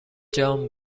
جان